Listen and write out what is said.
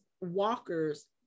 walkers